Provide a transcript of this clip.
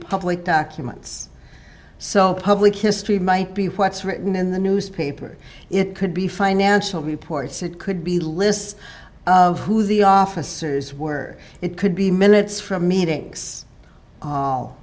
public documents so public history might be what's written in the newspaper it could be financial reports it could be lists of who the officers were it could be minutes from meetings